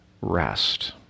rest